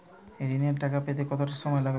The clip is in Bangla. ঋণের টাকা পেতে কত সময় লাগবে?